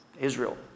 Israel